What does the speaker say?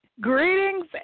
greetings